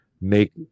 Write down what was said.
make